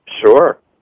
Sure